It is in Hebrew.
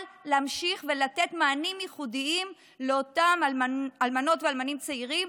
להמשיך לתת מענים ייחודיים לאותם אלמנות ואלמנים צעירים,